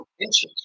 inches